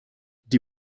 die